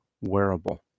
wearable